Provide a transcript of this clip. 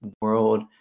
World